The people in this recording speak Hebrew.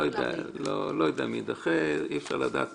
לא יודע אם יידחה, אי-אפשר לדעת